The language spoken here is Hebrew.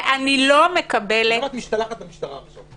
ואני לא מקבלת --- למה את משתלחת במשטרה עכשיו?